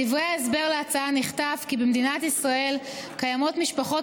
בדברי ההסבר להצעה נכתב כי במדינת ישראל קיימות משפחות